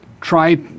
try